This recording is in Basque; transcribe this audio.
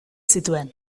zituen